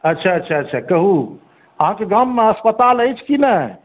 अच्छा अच्छा अच्छा अच्छा कहू अहाँके गाम मे अस्पताल अछि कि नहि